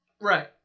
Right